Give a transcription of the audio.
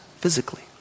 physically